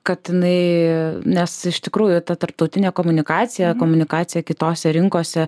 kad jinai nes iš tikrųjų ta tarptautinė komunikacija komunikacija kitose rinkose